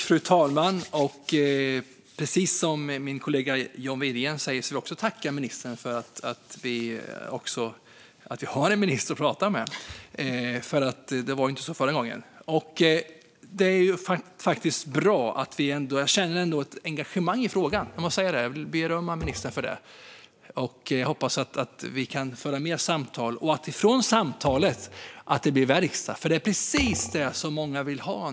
Fru talman! Precis som min kollega John Widegren vill också jag tacka ministern för att vi har en minister att prata med, för så var det inte förra gången. Det är bra, för jag känner ändå att det finns ett engagemang i frågan. Det vill jag berömma ministern för. Jag hoppas att vi kan föra mer samtal och att det utifrån samtalet blir verkstad, för det är just det som många vill ha.